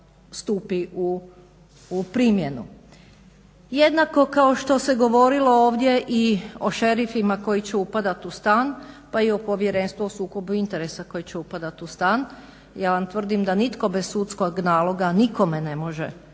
Jednako kao što se govorilo ovdje i o šerifima koji će upadati u stan, pa i o Povjerenstvu o sukobu interesa koji će upadati u stan. Ja vam tvrdim da nitko bez sudskog naloga nikome ne može upasti